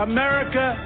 America